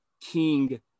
King